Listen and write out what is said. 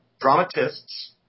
Dramatists